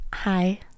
hi